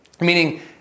meaning